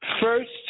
first